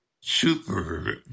super